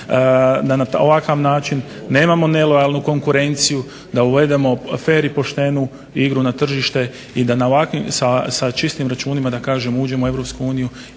da na ovakav način nemamo nelojalnu konkurenciju, da uvedemo fer i poštenu igru na tržište i da sa čistim računima uđemo u